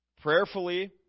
prayerfully